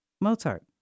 Mozart